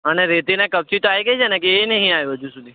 અને રેતી ને કપચી તો આવી ગઈ છે ને કે એ નથી આવ્યું હજી સુધી